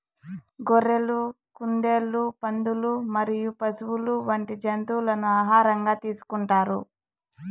గొర్రెలు, కుందేళ్లు, పందులు మరియు పశువులు వంటి జంతువులను ఆహారంగా తీసుకుంటారు